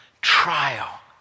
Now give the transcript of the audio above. trial